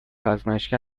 آزمایشگر